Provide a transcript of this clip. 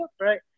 Right